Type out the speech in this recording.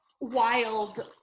wild